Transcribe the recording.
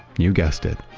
you guessed it,